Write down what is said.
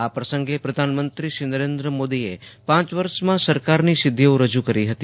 આ પ્રસંગે પ્રધાનમંત્રીશ્રી નરેન્દ્ર મોદીએ પાંચ વર્ષમાં સરકારની સિદ્ધિઓ રજૂ કરી હતી